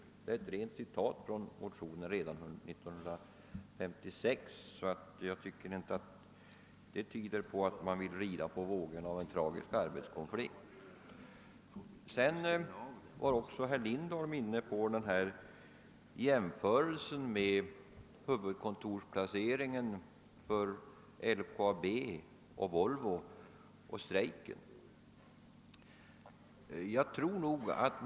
Detta är ett direkt citat ur motionen från 1956. Jag tycker inte detta tyder på att vi rider på vågorna av en tragisk arbetskonflikt. Även herr Lindholm gjorde jämförelsen mellan huvudkontorets placering i LKAB och i Volvo och strejker vid de båda företagen.